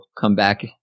comeback